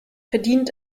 verdient